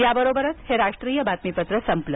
या बरोबरच हे राष्ट्रीय बातमीपत्र संपलं